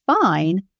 fine